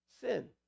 Sin